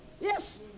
Yes